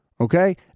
Okay